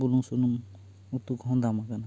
ᱵᱩᱞᱩᱝ ᱥᱩᱱᱩᱢ ᱩᱛᱩ ᱠᱚᱦᱚᱸ ᱫᱟᱢ ᱟᱠᱟᱱᱟ